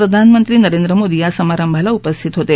प्रधानमंत्री नरेंद्र मोदी या समारंभाला उपस्थित होते